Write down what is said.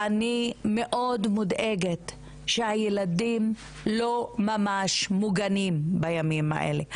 אני מאוד מודאגת שהילדים לא ממש מוגנים בימים האלה.